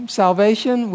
salvation